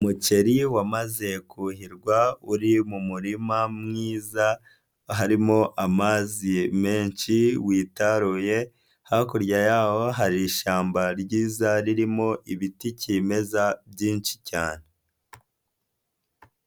Umuceri wamaze kuhirwa; uri mu murima mwiza, harimo amazi menshi witaruye, hakurya yaho hari ishyamba ryiza ririmo ibiti kimeza byinshi cyane.